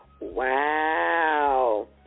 Wow